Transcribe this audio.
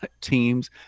teams